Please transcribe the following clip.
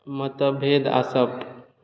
मतभेद आसप